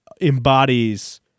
embodies